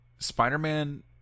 Spider-Man